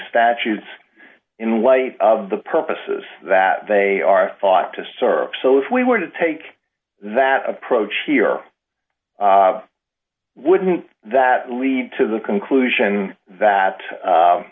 statutes in light of the purposes that they are thought to serve so if we were to take that approach here wouldn't that lead to the conclusion that